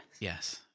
Yes